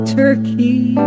turkey